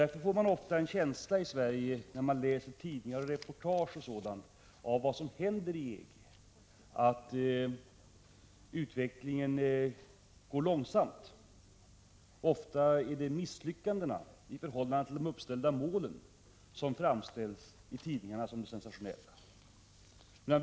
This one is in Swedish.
Därför får man i Sverige, när man läser tidningar, reportage o.d. om vad som händer inom EG, ofta en känsla av att utvecklingen går långsamt i förhållande till de mål som EG ställt upp för sig. Ofta är det misslyckandena i förhållande till de uppställda målen som i tidningarna framställs som sensationella.